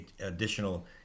additional